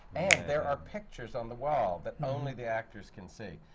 and there are pictures on the wall that only the actors can see,